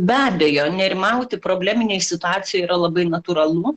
be abejo nerimauti probleminėj situacijoje yra labai natūralu